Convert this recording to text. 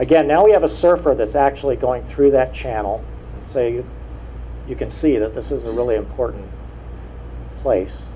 again now we have a surfer that's actually going through that channel so you can see that this is a really important place